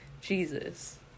Jesus